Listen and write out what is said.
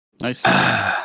Nice